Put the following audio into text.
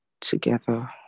together